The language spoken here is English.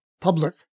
public